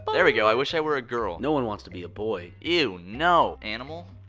but there we go. i wish i were a girl. no one wants to be a boy. ew, no! animal?